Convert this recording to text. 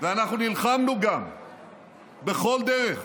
ואנחנו נלחמנו גם בכל דרך,